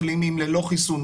מחלימים ללא חיסון,